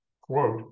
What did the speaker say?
Quote